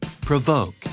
Provoke